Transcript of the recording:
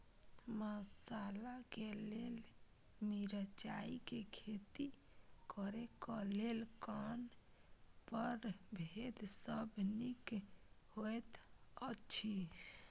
मसाला के लेल मिरचाई के खेती करे क लेल कोन परभेद सब निक होयत अछि?